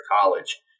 college